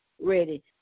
ready